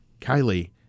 Kylie